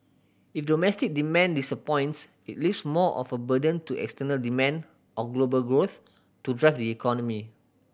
if domestic demand disappoints it leaves more of a burden to external demand or global growth to drive the economy